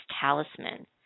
talisman